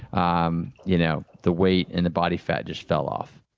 um you know the weight and the body fat just fell off.